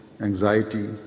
anxiety